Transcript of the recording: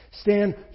Stand